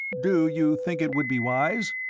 do you think it would be wise?